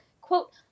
quote